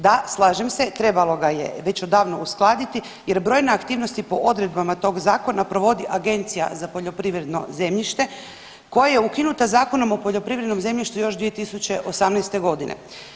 Da, slažem se trebalo ga je već odavno uskladiti jer brojne aktivnosti po odredbama tog zakona provodi Agencija za poljoprivredno zemljište koja je ukinuta Zakonom o poljoprivrednom zemljištu još 2018. godine.